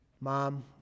Mom